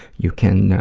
you can